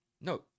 no